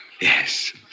Yes